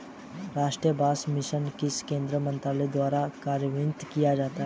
राष्ट्रीय बांस मिशन किस केंद्रीय मंत्रालय द्वारा कार्यान्वित किया जाता है?